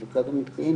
בצד המקצועי,